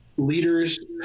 leaders